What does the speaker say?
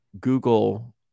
Google